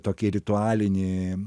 tokį ritualinį